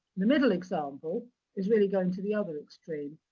the middle example is really going to the other extreme.